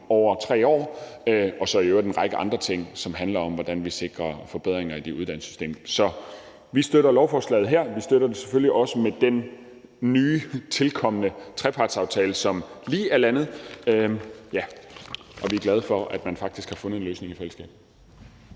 over 3 år, og så i øvrigt om en række andre ting, som handler om, hvordan vi sikrer forbedringer af det uddannelsessystem. Så vi støtter lovforslaget her. Vi støtter det selvfølgelig også med den nye trepartsaftale, som lige er landet, og vi er glade for, at man faktisk har fundet en løsning i fællesskab.